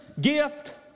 gift